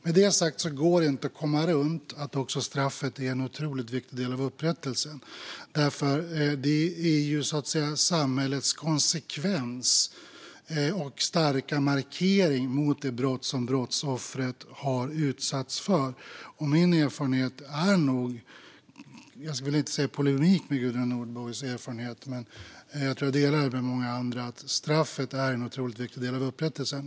Med detta sagt går det inte att komma runt att också straffet är en otroligt viktig del av upprättelsen. Det är ju samhällets konsekvens och starka markering mot det brott som brottsoffret har utsatts för. Min erfarenhet och många andras erfarenhet är nog ändå - nu ska jag inte gå i polemik med Gudrun Nordborgs erfarenhet - att straffet är en otroligt viktig del av upprättelsen.